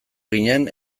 ginen